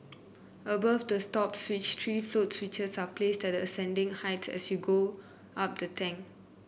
above the stop switch three float switches are placed at ascending heights as you go up the tank